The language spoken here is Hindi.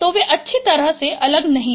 तो वे अच्छी तरह से अलग नहीं हैं